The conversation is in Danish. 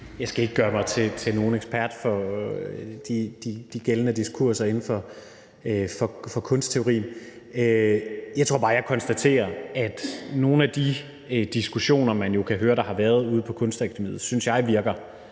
Jeg skal ikke gøre mig til nogen ekspert på de gældende diskurser inden for kunstteori. Jeg tror bare, jeg konstaterer, at nogle af de diskussioner, man jo kan høre der har været ude på Kunstakademiet, synes jeg virker,